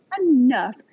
enough